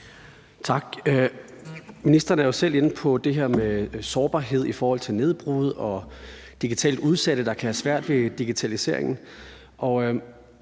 Tak. Ministeren er jo selv inde på det her med sårbarhed i forhold til nedbrud og digitalt udsatte, der kan have svært ved digitaliseringen.